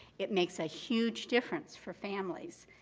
it makes a huge difference for families.